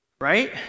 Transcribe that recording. right